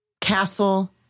castle